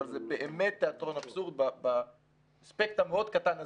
אבל זה באמת תיאטרון אבסורד באספקט המאוד קטן הזה.